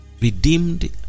redeemed